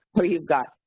where you've got,